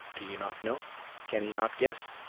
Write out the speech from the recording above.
do you not know can you not guess?